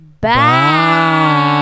bye